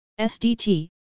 SDT